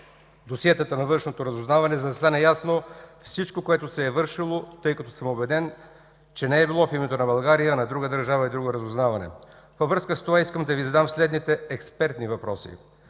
досиетата на Външното разузнаване, за да стане ясно всичко, което се е вършило, тъй като съм убеден, че не е било в името на България, а на друга държава и друго разузнаване”. Във връзка с това искам да Ви задам следните експертни въпроси: